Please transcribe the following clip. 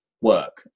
work